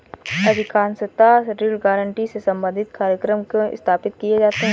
अधिकांशतः ऋण गारंटी से संबंधित कार्यक्रम क्यों स्थापित किए जाते हैं?